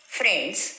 friends